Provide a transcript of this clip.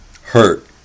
Hurt